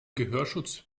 gehörschutz